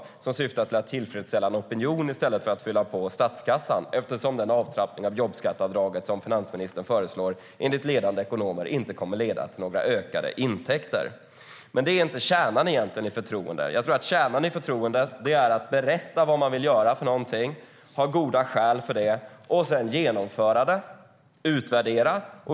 Dessa förslag syftar till att tillfredsställa en opinion i stället för att fylla på statskassan då den avtrappning av jobbskatteavdraget som finansministern föreslår enligt ledande ekonomer inte kommer att leda till några ökade intäkter. Det är inte kärnan i förtroende. Jag tror att kärnan i förtroende är att berätta vad man vill göra, ha goda skäl för det och sedan genomföra det och utvärdera.